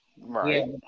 Right